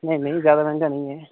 नेईं नेईं जादै ते नेईं ऐ